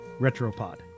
Retropod